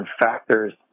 factors